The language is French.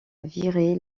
virer